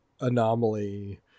anomaly